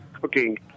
cooking